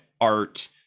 art